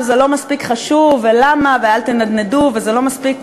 ש"זה לא מספיק חשוב" ו"למה" ו"אל תנדנדו" ו"זה יותר מדי